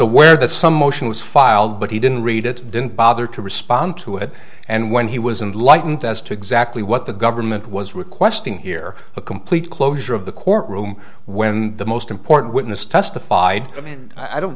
aware that some motion was filed but he didn't read it didn't bother to respond to it and when he was and like as to exactly what the government was requesting here a complete closure of the courtroom when the most important witness testified i mean i don't